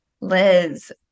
Liz